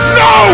no